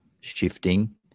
shifting